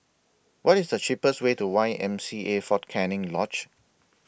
What IS The cheapest Way to Y W C A Fort Canning Lodge